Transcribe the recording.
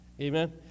Amen